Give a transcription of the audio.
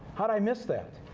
how did i miss that?